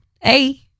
Hey